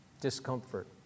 Discomfort